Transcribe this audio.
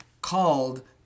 called